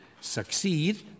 succeed